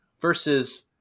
versus